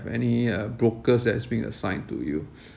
if any uh brokers that's being assigned to you